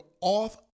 off